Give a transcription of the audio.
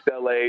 LA